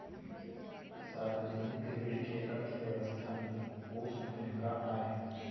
सार्वजनिक ऋण के अर्थव्यवस्था में कोस भूमिका आय?